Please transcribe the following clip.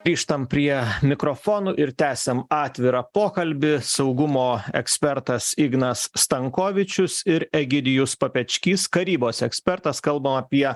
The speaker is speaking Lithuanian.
grįžtam prie mikrofono ir tęsiam atvirą pokalbį saugumo ekspertas ignas stankovičius ir egidijus papečkys karybos ekspertas kalbam apie